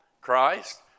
Christ